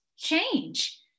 change